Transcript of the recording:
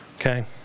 Okay